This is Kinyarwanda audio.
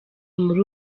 muri